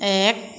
এক